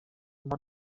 món